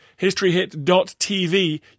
Historyhit.tv